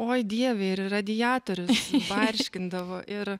oi dieve ir į radiatorius barškindavo ir